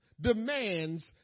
demands